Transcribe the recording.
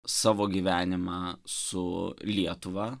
savo gyvenimą su lietuva